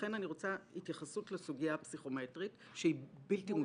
לכן אני רוצה התייחסות לסוגיה הפסיכומטרית שהיא בלתי מוצדקת לכשעצמה.